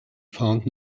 found